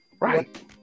Right